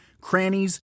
crannies